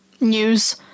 news